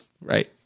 Right